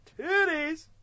Titties